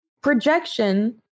projection